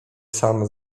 sam